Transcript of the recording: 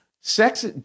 sex